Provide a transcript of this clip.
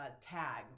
tag